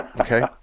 okay